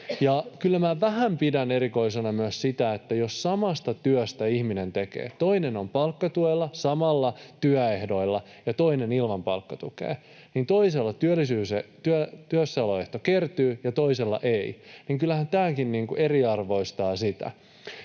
Ja kyllä minä vähän pidän erikoisena myös sitä, että jos samaa työtä ihmiset tekevät, toinen on palkkatuella samoilla työehdoilla ja toinen ilman palkkatukea, niin toisella työssäoloehto kertyy ja toisella ei. Kyllähän tämäkin eriarvoistaa.